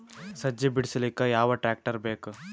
ಸಜ್ಜಿ ಬಿಡಿಸಿಲಕ ಯಾವ ಟ್ರಾಕ್ಟರ್ ಬೇಕ?